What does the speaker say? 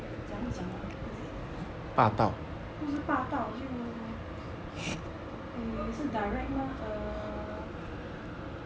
这样讲 leh 不是霸道就 eh 是 direct mah err